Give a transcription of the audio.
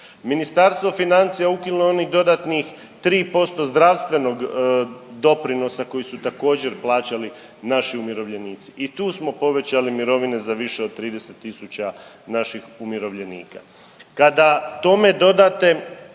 Ministarstvo financija ukinulo je onih dodatnih 3% zdravstvenog doprinosa koji su također plaćali naši umirovljenici. I tu smo povećali mirovine za više od 30 tisuća naših umirovljenika. Kada tome dodate